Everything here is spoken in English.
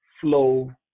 flow